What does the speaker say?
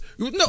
No